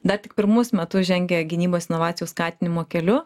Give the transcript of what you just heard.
dar tik pirmus metus žengia gynybos inovacijų skatinimo keliu